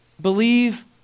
Believe